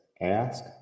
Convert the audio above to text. ask